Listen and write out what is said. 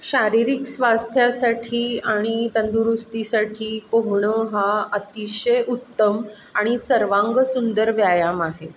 शारीरिक स्वास्थ्यासाठी आणि तंदुरुस्तीसाठी पोहणं हा अतिशय उत्तम आणि सर्वांगसुंदर व्यायाम आहे